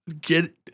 Get